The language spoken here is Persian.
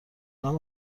نام